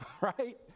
right